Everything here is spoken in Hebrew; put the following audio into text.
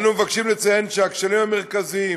אנו מבקשים לציין שהכשלים המרכזיים